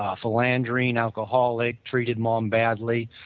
ah philandering, alcoholic, treated mom badly.